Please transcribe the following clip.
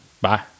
Bye